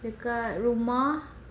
kat rumah